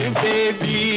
baby